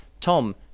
Tom